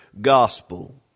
gospel